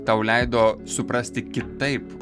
tau leido suprasti kitaip